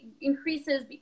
increases